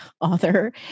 author